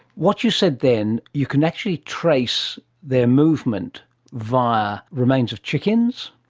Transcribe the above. what you said then, you can actually trace their movement via remains of chickens,